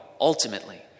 ultimately